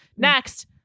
Next